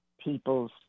people's